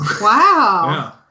Wow